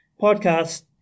podcast